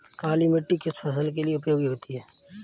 काली मिट्टी किस फसल के लिए उपयोगी होती है?